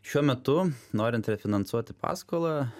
šiuo metu norint refinansuoti paskolą